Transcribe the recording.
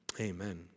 amen